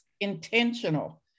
intentional